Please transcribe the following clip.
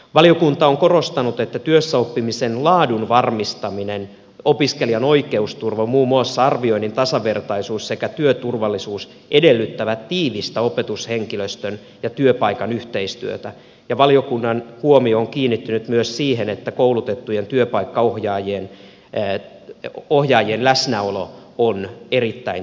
valiokunta on korostanut että työssäoppimisen laadun varmistaminen opiskelijan oikeusturva muun muassa arvioinnin tasavertaisuus sekä työturvallisuus edellyttävät tiivistä opetushenkilöstön ja työpaikan yhteistyötä ja valiokunnan huomio on kiinnittynyt myös siihen että koulutettujen työpaikkaohjaajien läsnäolo on erittäin tärkeää työpaikoilla